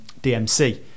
DMC